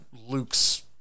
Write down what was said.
Luke's